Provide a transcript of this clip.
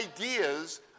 ideas